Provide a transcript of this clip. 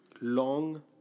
long